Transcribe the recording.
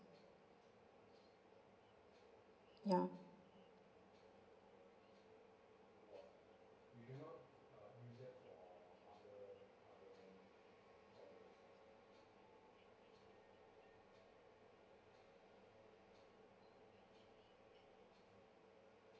ya